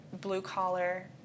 blue-collar